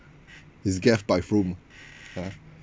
is gave by whom ya